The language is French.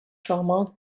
charmante